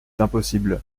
impossible